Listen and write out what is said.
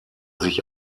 sich